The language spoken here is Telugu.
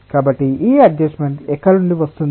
కాబట్టి ఈ అడ్జస్ట్మెంట్ ఎక్కడ నుండి వస్తుంది